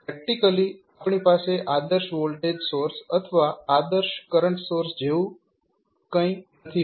practically આપણી પાસે આદર્શ વોલ્ટેજ સોર્સ અથવા આદર્શ કરંટ સોર્સ જેવું કંઈ નથી